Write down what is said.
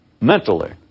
mentally